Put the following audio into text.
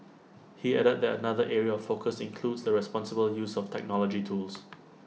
he added that another area of focus includes the responsible use of technology tools